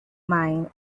mine